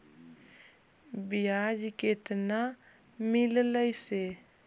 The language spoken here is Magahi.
बियाज केतना मिललय से?